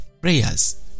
prayers